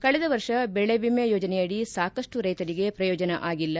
ಕಳೆದ ವರ್ಷ ಬೆಳೆ ವಿಮೆ ಯೋಜನೆಯಡಿ ಸಾಕಷ್ಟು ರೈತರಿಗೆ ಪ್ರಯೋಜನ ಆಗಿಲ್ಲ